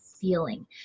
feeling